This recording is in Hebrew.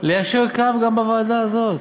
ליישר קו גם בוועדה הזאת,